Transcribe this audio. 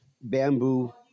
bamboo